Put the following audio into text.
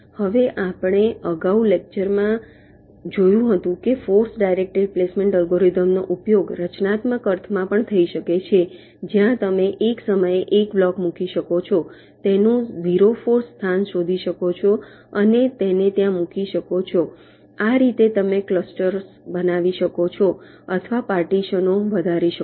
હવે આપણે અગાઉ છેલ્લા લેક્ચરમાં જોયું હતું કે ફોર્સ ડાયરેક્ટેડ પ્લેસમેન્ટ અલ્ગોરિધમનો ઉપયોગ રચનાત્મક અર્થમાં પણ થઈ શકે છે જ્યાં તમે એક સમયે એક બ્લોક મૂકી શકો છો તેનું 0 ફોર્સ સ્થાન શોધી શકો છો અને તેને ત્યાં મૂકી શકો છો આ રીતે તમે ક્લસ્ટરો બનાવી શકો છો અથવા પાર્ટીશનો વધરી શકો છો